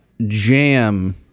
jam